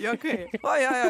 juokai o jo jo